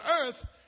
earth